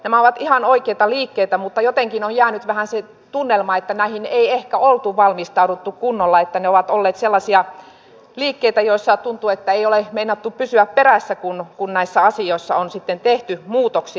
nämä ovat ihan oikeita liikkeitä mutta jotenkin on jäänyt vähän se tunnelma että näihin ei ehkä oltu valmistauduttu kunnolla että ne ovat olleet sellaisia liikkeitä joissa tuntuu että ei ole meinattu pysyä perässä kun näissä asioissa on sitten tehty muutoksia